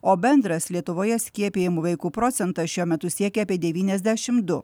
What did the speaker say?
o bendras lietuvoje skiepijamų vaikų procentas šiuo metu siekia apie devyniasdešim du